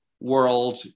world